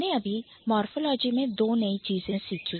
हमने अभी morphology में दो नई चीजें सीखी